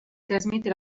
trasmette